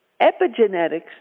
Epigenetics